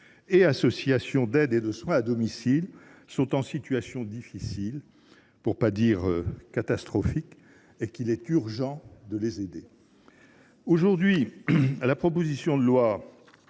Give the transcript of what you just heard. et associations d’aide et de soins à domicile sont dans une situation difficile, pour ne pas dire catastrophique, et qu’il est urgent de les aider. La proposition de loi